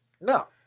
No